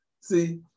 See